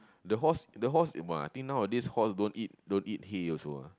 the horse the horse !wah! I think nowadays horse don't eat don't eat hay also ah